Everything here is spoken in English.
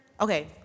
okay